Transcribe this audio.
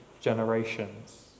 generations